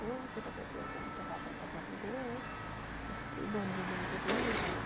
अँ केटा केटीहरू त हुनु त खपाउनु त खपाउँदैन है जस्तै बलियो ल्याइदिए पनि तर अब